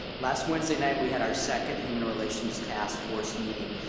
last wednesday night we had our second human relations task force meeting,